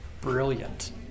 brilliant